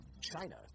China